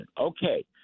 Okay